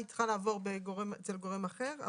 היא צריכה לעבור אצל גורם אחר,